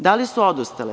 Da li su odustale?